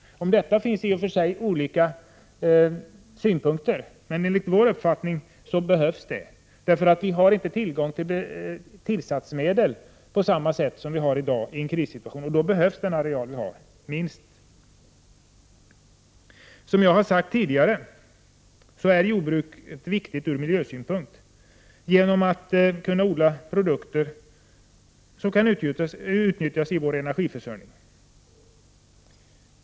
Om detta finns det i och för sig olika åsikter. Men enligt vår uppfattning behövs detta, eftersom vi i en krissituation inte har samma tillgång till tillsatsmedel som vi har i dag. Då behövs minst den areal som vi i dag har. Som jag tidigare har sagt är jordbruket viktigt ur miljösynpunkt, eftersom det odlas produkter som kan utnyttjas i vår energiförsörjning.